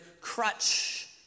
crutch